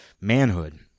manhood